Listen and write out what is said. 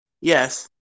Yes